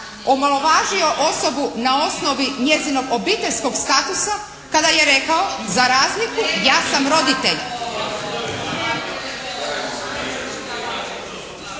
Omalovažio osobu na osnovi njezinog obiteljskog statusa kada je rekao: "Za razliku ja sam roditelj."